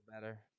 better